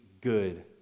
good